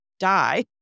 die